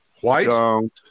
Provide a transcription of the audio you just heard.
White